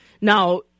Now